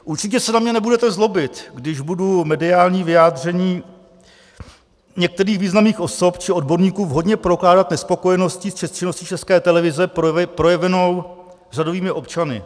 Určitě se na mne nebudete zlobit, když budu mediální vyjádření některých významných osob či odborníků vhodně prokládat nespokojeností s činností České televize projevenou řadovými občany.